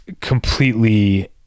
completely